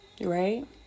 right